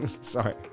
Sorry